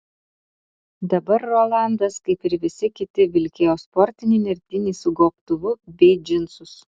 dabar rolandas kaip ir visi kiti vilkėjo sportinį nertinį su gobtuvu bei džinsus